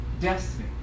destiny